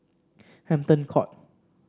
Hampton Court